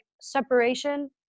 separation